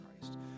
Christ